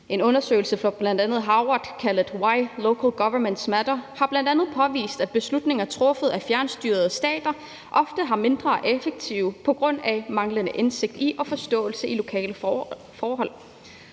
En undersøgelse fra bl.a. Harvard kaldet »Why Local Governments Matter« har bl.a. påvist, at beslutninger truffet af fjernstyrede stater ofte er mindre effektive på grund af manglende indsigt i og forståelse for lokale forhold.